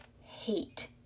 hate